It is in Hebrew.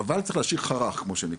אבל צריך להשאיר חרך מה שנקרא.